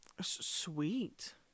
Sweet